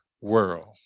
world